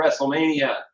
WrestleMania